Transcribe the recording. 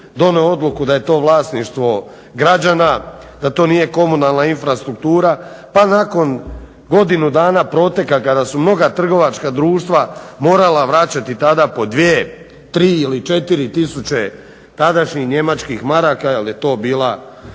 donio odluku da je to vlasništvo građana, da to nije komunalna infrastruktura, pa nakon godinu dana proteka kada su mnoga trgovačka društva morala vraćati tada po dvije, tri ili četiri tisuće tadašnjih njemačkih maraka jer je to tada